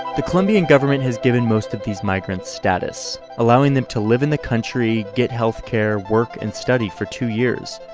the colombian government has given most of these migrants status, allowing them to live in the country, get healthcare, work and study for two years.